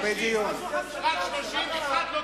רק 31, זה קרקס.